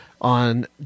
on